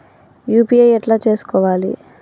UPI ఎట్లా చేసుకోవాలి?